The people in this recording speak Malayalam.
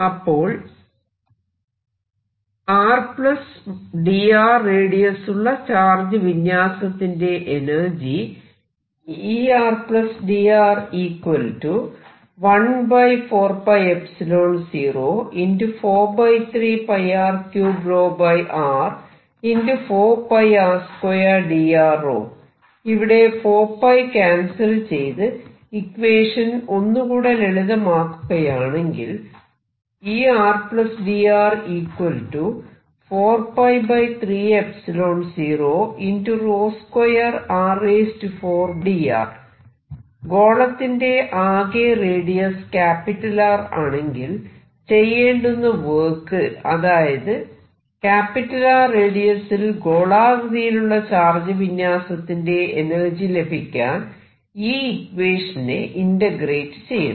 അപ്പോൾ അപ്പോൾ r dr റേഡിയസുള്ള ചാർജ് വിന്യസത്തിന്റെ എനർജി ഇവിടെ 4 ക്യാൻസൽ ചെയ്ത് ഇക്വേഷൻ ഒന്നുകൂടെ ലളിതമാക്കുകയാണെങ്കിൽ ഗോളത്തിന്റെ ആകെ റേഡിയസ് R ആണെങ്കിൽ ചെയ്യേണ്ടുന്ന വർക്ക് അതായത് R റേഡിയസിൽ ഗോളാകൃതിയിലുള്ള ചാർജ് വിന്യാസത്തിന്റെ എനർജി ലഭിക്കാൻ ഈ ഇക്വേഷനെ ഇന്റഗ്രേറ്റ് ചെയ്യണം